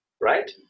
right